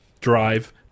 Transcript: drive